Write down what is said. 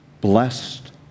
blessed